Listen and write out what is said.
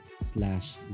slash